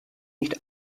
nicht